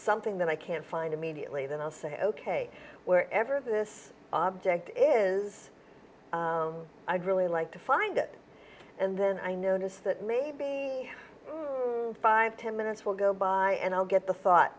something that i can't find immediately then i'll say ok where ever this object is i'd really like to find it and then i notice that maybe five ten minutes will go by and i'll get the thought